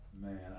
Man